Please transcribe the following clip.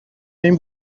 این